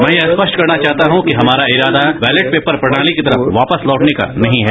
मैं यह स्पष्ट करना चाहता हूं कि हमारा इरादा बैलेट पेपर प्रणाली की तरफ वापस लौटने का नहीं है